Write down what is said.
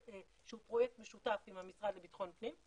שהוא פרויקט משותף עם המשרד לבטחון פנים,